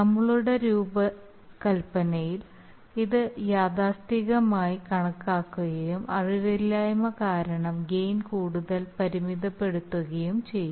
നമ്മളുടെ രൂപകൽപ്പനയിൽ ഇത് യാഥാസ്ഥിതികമായി കണക്കാക്കുകയും അറിവില്ലായ്മ കാരണം ഗെയിൻ കൂടുതൽ പരിമിതപ്പെടുത്തുകയും ചെയ്യും